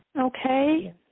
Okay